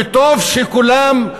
וטוב שכולם,